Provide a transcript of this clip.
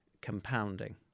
Compounding